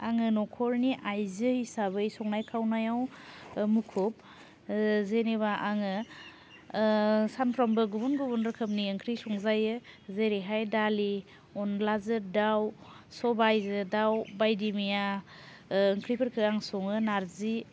आङो न'खरनि आइजो हिसाबै संनाय खावनायाव मुखुब जेनेबा आङो सानफ्रामबो गुबुन गुबुन रोखोमनि ओंख्रि संजायो जेरैहाय दालि अन्लाजों दाव सबायजों दाव बायदि मैया ओंख्रिफोरखौ आं सङो नार्जि